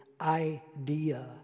idea